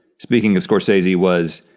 speaking of scorsese, was,